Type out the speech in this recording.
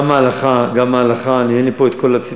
גם ההלכה, גם ההלכה, אין לי פה כל הציטטות,